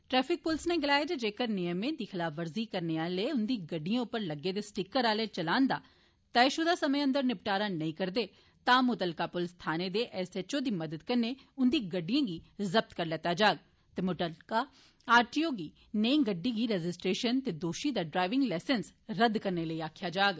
traffic police नै गलाया ऐ जे जेकर नियमें दी खलाफवर्जी करने आहले उन्दी गड्डियें उप्पर लग्गे दे स्टीकर आहले चलान दा तयशुदा समय अंदर निबटारा नेईं करदे तां मुत्तलका पुलिस थाने दे एस एच ओ दी मदाद कन्नै उन्दी गड्डियें गी जब्त करी लैता जाग ते मुत्तलका आर टी ओ गी नेइी गड्डी दी रजिस्ट्रेशन ते दोषी दा ड्राईविंग लाइसेंस रद्द करने ताईं आक्खेआ जाग